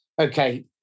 Okay